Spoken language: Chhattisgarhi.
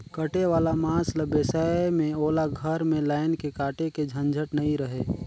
कटे वाला मांस ल बेसाए में ओला घर में लायन के काटे के झंझट नइ रहें